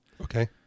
Okay